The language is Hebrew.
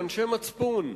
אנשי מצפון,